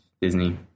Disney